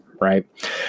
right